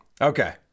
Okay